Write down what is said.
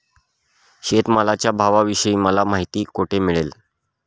शेतमालाच्या भावाविषयी मला माहिती कोठे मिळेल?